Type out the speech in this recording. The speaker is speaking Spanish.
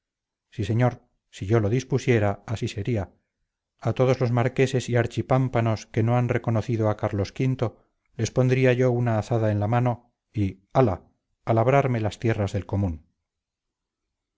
sí señor si yo lo dispusiera así sería a todos los marqueses y archipámpanos que no han reconocido a carlos v les pondría yo una azada en la mano y hala a labrarme las tierras del común